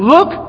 Look